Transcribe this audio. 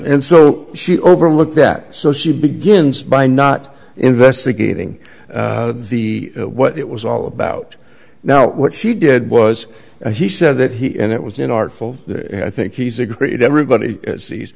and so she overlooked that so she begins by not investigating the what it was all about now what she did was and he said that he and it was in artful i think he's a great everybody sees